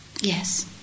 yes